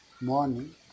morning